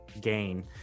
gain